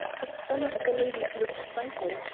but some of the ladies looked frightened,